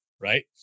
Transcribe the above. right